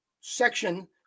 section